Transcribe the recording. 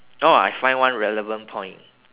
oh I find one relevant point